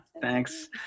Thanks